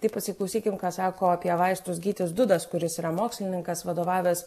tai pasiklausykim ką sako apie vaistus gytis dudas kuris yra mokslininkas vadovavęs